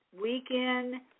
weekend